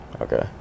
Okay